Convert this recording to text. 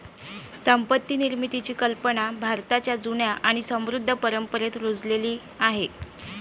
संपत्ती निर्मितीची कल्पना भारताच्या जुन्या आणि समृद्ध परंपरेत रुजलेली आहे